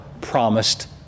promised